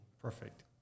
Perfect